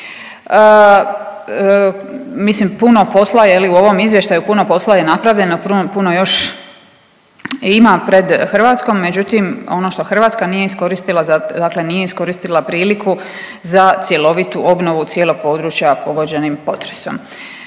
Mislim, puno posla, je li, u ovom Izvještaju, puno posla je napravljeno, puno još ima pred Hrvatskom, međutim, ono što Hrvatska nije iskoristila, dakle nije iskoristila priliku za cjelovitu obnovu cijelog područja pogođenim potresom.